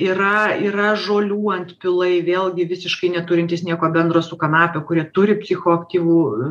yra yra žolių antpilai vėlgi visiškai neturintys nieko bendro su kanape kurie turi psichoaktyvų